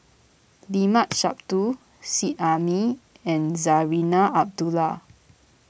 Limat Sabtu Seet Ai Mee and Zarinah Abdullah